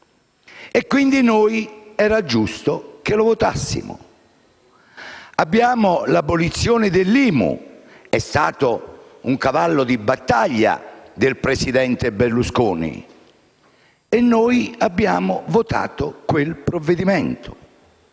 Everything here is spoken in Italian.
e quindi era giusto che la votassimo. L'abolizione dell'IMU è stato un cavallo di battaglia del presidente Berlusconi e abbiamo votato quel provvedimento.